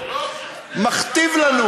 מכתיב לנו,